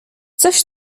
coś